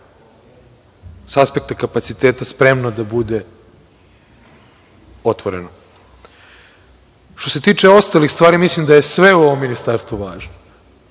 sa aspekta kapaciteta, spremno da bude otvoreno. Što se tiče ostalih stvari, mislim da je sve u ovom ministarstvu važno,